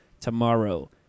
tomorrow